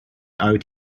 owed